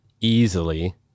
easily